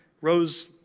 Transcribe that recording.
rose